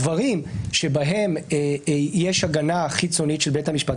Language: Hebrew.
הדברים שבהם יש הגנה חיצונית של בית המשפט,